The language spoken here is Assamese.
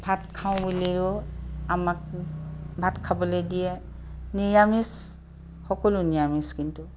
ভাত খাওঁ বুলিও আমাক ভাত খাবলৈ দিয়ে নিৰামিষ সকলো নিৰামিষ কিন্তু